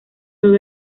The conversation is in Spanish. todo